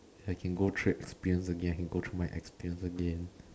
I can go through an experience again I can go through my experience again